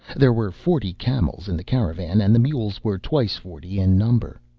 there were forty camels in the caravan, and the mules were twice forty in number.